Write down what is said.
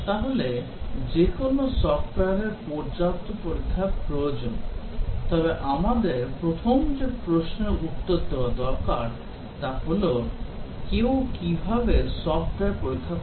তাহলে যে কোনও সফট্ওয়ারের পর্যাপ্ত পরীক্ষার প্রয়োজন তবে আমাদের প্রথম যে প্রশ্নের উত্তর দেওয়া দরকার তা হল কেউ কীভাবে একটি সফ্টওয়্যার পরীক্ষা করে